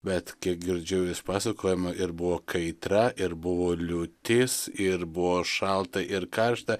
bet kiek girdžiu iš pasakojimų ir buvo kaitra ir buvo liūtis ir buvo šalta ir karšta